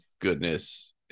goodness